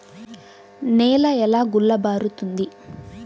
నేల ఎలా గుల్లబారుతుంది?